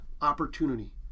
opportunity